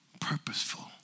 purposeful